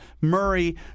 Murray